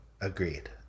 agreed